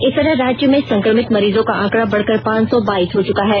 इस तरह राज्य में संक्रमित मरीजों का आंकडा बढकर पांच सौ बाइस हो चुका है